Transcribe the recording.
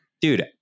Dude